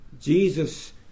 Jesus